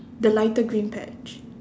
the lighter green patch